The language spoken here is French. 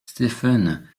stefan